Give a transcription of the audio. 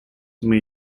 may